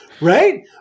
right